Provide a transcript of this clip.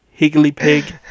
Higglypig